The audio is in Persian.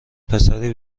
پسری